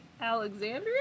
Alexandria